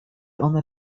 one